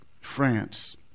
France